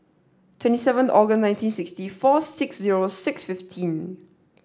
twenty seven Aug nineteen sixty four six zero six fifteen